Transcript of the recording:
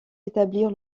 établir